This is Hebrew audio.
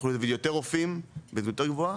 יוכלו להביא יותר רופאים בזימות יותר גבוהה,